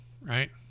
right